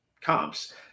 comps